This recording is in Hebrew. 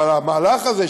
אבל המהלך הזה,